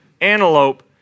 antelope